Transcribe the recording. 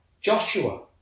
Joshua